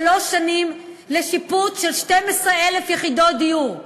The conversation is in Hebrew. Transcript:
שלוש שנים, לשיפוץ של 12,000 יחידות דיור,